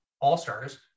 All-Stars